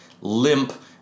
limp